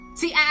See